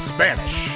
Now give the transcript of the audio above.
Spanish